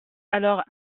alors